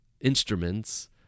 instruments